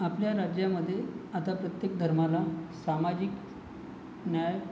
आपल्या राज्यामध्ये आता प्रत्येक धर्माला सामाजिक न्याय